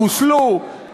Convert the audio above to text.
חוסלו,